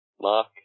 Mark